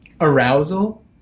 Arousal